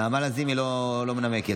נעמה לזימי לא מנמקת,